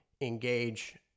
engage